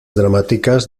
dramáticas